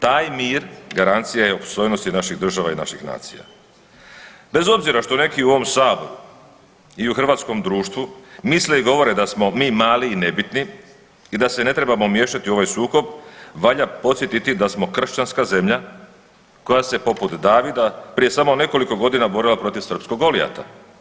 Taj mir garancija je opstojnosti naših država i naših nacija bez obzira što neki u ovom Saboru i u hrvatskom društvu misle i govore da smo mi mali i nebitni i da se ne trebamo miješati u ovaj sukob valja podsjetiti da smo kršćanska zemlja koja se poput Davida prije samo nekoliko godina borila protiv srpskog Golijata.